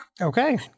Okay